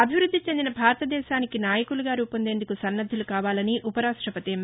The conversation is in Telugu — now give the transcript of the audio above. అభివృద్ది చెందిన భారతదేశానికి నాయకులుగా రూపొందేందుకు సన్నద్యులు కావాలని ఉప రాష్టపతి ఎం